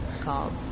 Called